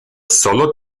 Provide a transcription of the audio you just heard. solo